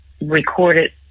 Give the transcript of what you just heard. recorded